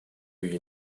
you